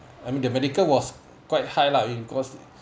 I mean the medical was quite high lah in cost